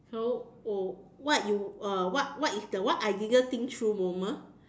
so w~ what you uh what what is the what I didn't think through moment